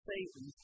Satan